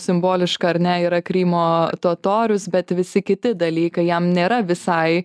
simboliška ar ne yra krymo totorius bet visi kiti dalykai jam nėra visai